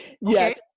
yes